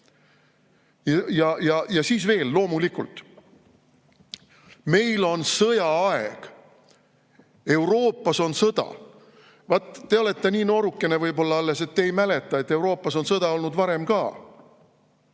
Ja siis veel, loomulikult: "Meil on sõjaaeg, Euroopas on sõda." Vaat, te olete nii nooruke võib-olla alles, et te ei mäleta, et Euroopas on sõda olnud varem ka.